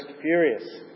furious